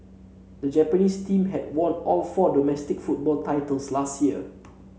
the Japanese team had won all four domestic football titles last year